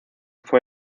fue